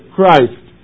Christ